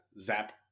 Zap